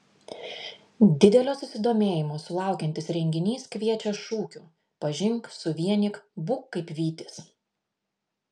didelio susidomėjimo sulaukiantis renginys kviečia šūkiu pažink suvienyk būk kaip vytis